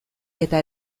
eta